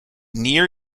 near